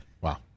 Wow